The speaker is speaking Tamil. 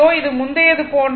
இது முந்தையதைப் போன்றது